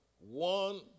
One